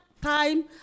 Time